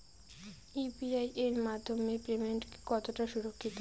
UPI এর মাধ্যমে payment কতটা সুরক্ষিত?